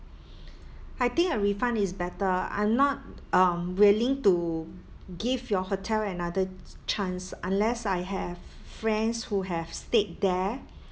I think a refund is better I'm not um willing to give your hotel another chance unless I have friends who have stayed there